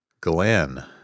Glenn